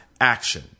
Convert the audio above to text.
Action